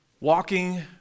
Walking